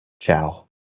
ciao